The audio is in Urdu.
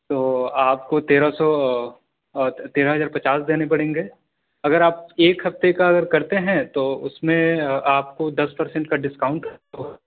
تو آپ کو تیرہ سو تیرہ ہزار پچاس دینے پڑیں گے اگر آپ ایک ہفتے کا اگر کرتے ہیں تو اُس میں آپ کو دس پرسنٹ کا ڈسکاؤنٹ